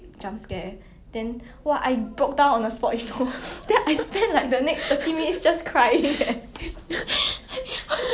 but then I heard like all your stories like they out of nowhere will suddenly jump on to you